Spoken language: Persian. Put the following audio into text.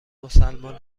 مسلمان